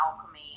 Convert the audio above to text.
alchemy